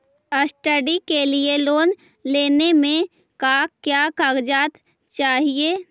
Study के लिये loan लेने मे का क्या कागजात चहोये?